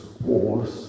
wars